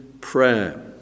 prayer